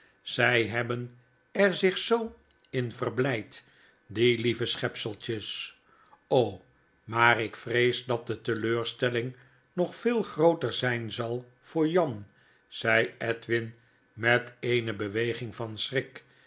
zy hebben er zich zdo in verblijd die lieve schepseltjes maar ik vrees dat de teleurstelling nog veel grooter zyn zal voor jan zei edwin met eene beweging van schrik